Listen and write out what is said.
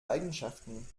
eigenschaften